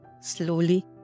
Slowly